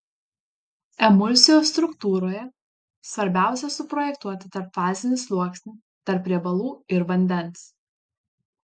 emulsijos struktūroje svarbiausia suprojektuoti tarpfazinį sluoksnį tarp riebalų ir vandens